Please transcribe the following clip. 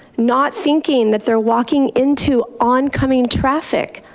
not thinking that they're walking into oncoming traffic.